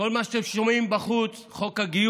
כל מה שאתם שומעים בחוץ: חוק הגיוס,